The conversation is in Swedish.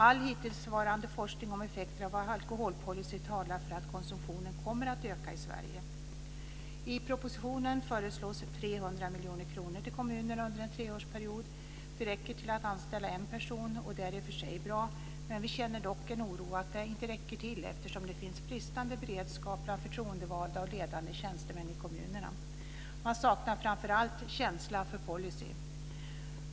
All hittillsvarande forskning om effekter av alkoholpolicy talar för att konsumtionen kommer att öka i Sverige. I propositionen föreslås 300 miljoner kronor till kommunerna under en treårsperiod. Detta räcker till att anställa en person, och det är i och för sig bra. Vi känner dock en oro för att det inte räcker till, eftersom det finns en bristande beredskap bland förtroendevalda och ledande tjänstemän i kommunerna. Man saknar framför allt känsla för policy.